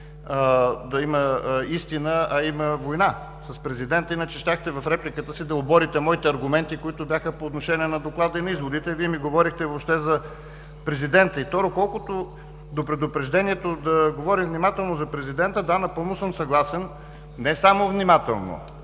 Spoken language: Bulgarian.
да има истина, а да има война с президента. Иначе щяхте в репликата си да оборите моите аргументи, които бяха по отношение на Доклада и на изводите, а Вие ми говорихте въобще за президента. И, второ, колкото до предупреждението да говорим внимателно за президента – да, напълно съм съгласен. Не само внимателно,